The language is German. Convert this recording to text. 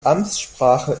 amtssprache